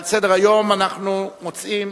על סדר-היום אנחנו מוצאים